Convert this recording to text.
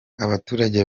abaturage